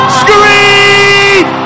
scream